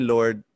Lord